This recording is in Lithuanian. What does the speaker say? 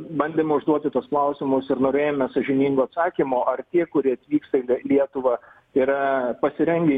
bandėme užduoti tuos klausimus ir norėjome sąžiningo atsakymo ar tie kurie atvyksta į lietuvą yra pasirengę